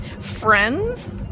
Friends